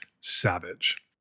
savage